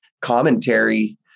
commentary